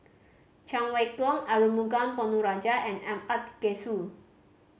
Cheng Wai Keung Arumugam Ponnu Rajah and M